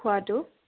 খোৱাটো